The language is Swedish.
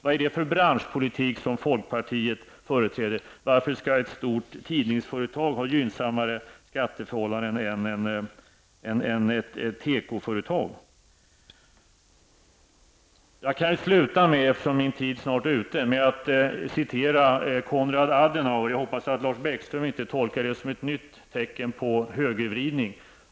Vad är det för branschpolitik som folkpartiet företräder? Varför skall ett stort tidningsföretag ha gynnsammare skatteförhållanden än ett tekoföretag? Jag vill avsluta med att citera Konrad Adenauer. Jag hoppas att Lars Bäckström inte tolkar det som ett nytt tecken på högervridning.